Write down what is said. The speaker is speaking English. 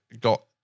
got